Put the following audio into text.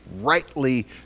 rightly